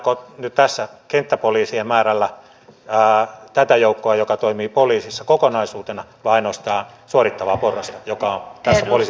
tarkoitetaanko tässä nyt kenttäpoliisien määrällä tätä joukkoa joka toimii poliisissa kokonaisuutena vai ainoastaan suorittavaa porrasta joka on tässä poliisitehtävässä kaikkein tärkein